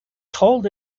cold